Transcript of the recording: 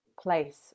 place